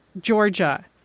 Georgia